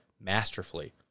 masterfully